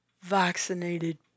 vaccinated